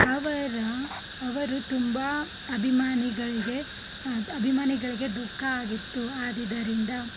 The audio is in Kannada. ಅವರ ಅವರು ತುಂಬ ಅಭಿಮಾನಿಗಳಿಗೆ ಅಭಿಮಾನಿಗಳಿಗೆ ದುಃಖ ಆಗಿತ್ತು ಆದಿದರಿಂದ